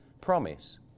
promise